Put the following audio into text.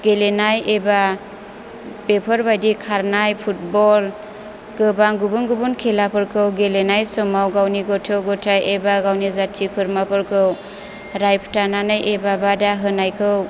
गेलेनाय एबा बेफोरबायदि खारनाय फुटबल गोबां गुबुन गुबुन खेलाफोरखौ गेलेनाय समाव गावनि गथ' गथाय एबा गावनि जाथि खुरमाफोरखौ रायथानानै एबा बादा होनायखौ